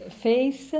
face